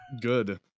good